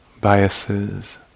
biases